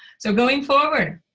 so going forward.